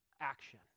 action